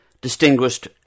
distinguished